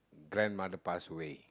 grandmother pass away